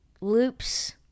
loops